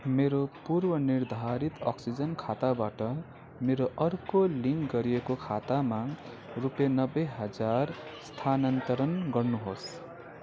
मेरो पूर्वनिर्धारित अक्सिजेन खाताबाट मेरो अर्को लिङ्क गरिएको खातामा रुपियाँ नब्बे हजार स्थानान्तरण गर्नुहोस्